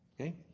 Okay